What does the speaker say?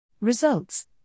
Results